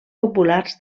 populars